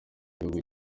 igihugu